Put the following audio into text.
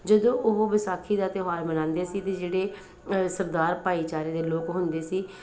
ਜਦੋਂ ਉਹ ਵਿਸਾਖੀ ਦਾ ਤਿਉਹਾਰ ਮਨਾਉਂਦੇ ਸੀ ਅਤੇ ਜਿਹੜੇ ਸਰਦਾਰ ਭਾਈਚਾਰੇ ਦੇ ਲੋਕ ਹੁੰਦੇ ਸੀ